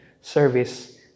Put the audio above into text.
service